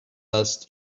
است